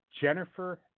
Jennifer